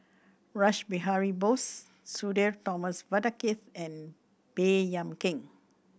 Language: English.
Rash Behari Bose Sudhir Thomas Vadaketh and Baey Yam Keng